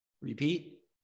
Repeat